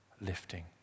lifting